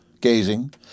gazing